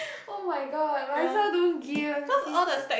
oh-my-god might as well don't give fifty cents